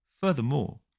Furthermore